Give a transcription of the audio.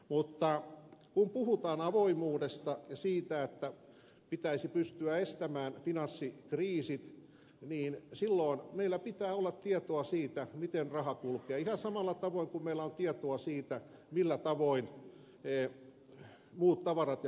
mutta kun puhutaan avoimuudesta ja siitä että pitäisi pystyä estämään finanssikriisit silloin meillä pitää olla tietoa siitä miten raha kulkee ihan samalla tavoin kuin meillä on tietoa siitä millä tavoin muut tavarat ja palvelukset kulkevat